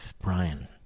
Brian